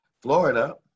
Florida